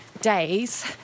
days